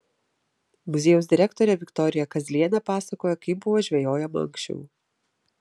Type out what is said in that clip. muziejaus direktorė viktorija kazlienė pasakoja kaip buvo žvejojama anksčiau